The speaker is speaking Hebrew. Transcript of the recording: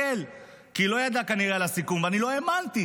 מי שמאמין שדווקא בדרך של הפעולה האקטיבית,